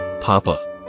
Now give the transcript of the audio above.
Papa